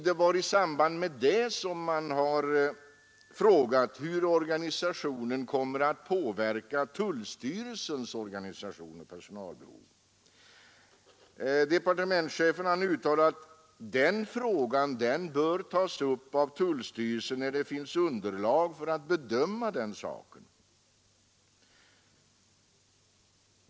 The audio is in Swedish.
Det är i samband därmed som man har frågat huruvida organisationen kommer att påverka tullstyrelsens organisation och personalbehov. Departementschefen uttalar att den frågan bör tas upp av tullstyrelsen när det finns underlag för att bedöma denna sak.